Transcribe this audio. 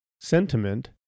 sentiment